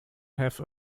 have